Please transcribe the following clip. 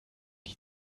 die